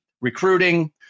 recruiting